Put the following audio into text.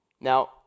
Now